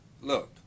Look